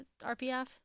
RPF